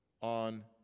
on